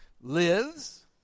lives